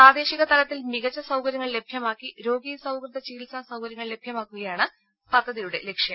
പ്രാദേശിക തലത്തിൽ മികച്ച സൌകര്യങ്ങൾ ലഭ്യമാക്കി രോഗീസൌഹൃദ ചികിത്സാ സൌകര്യങ്ങൾ ലഭ്യമാക്കുകയാണ് പദ്ധതിയുടെ ലക്ഷ്യം